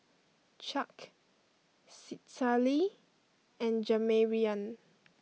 Chuck Citlalli and Jamarion